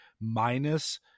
Minus